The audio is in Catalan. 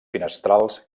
finestrals